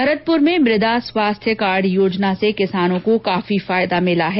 भरतपुर में मुदा स्वास्थ्य कार्ड योजना से किसानों को काफी फायदा मिला है